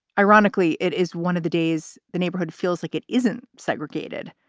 ironically, it is one of the days the neighborhood feels like it isn't segregated.